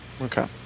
Okay